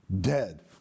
dead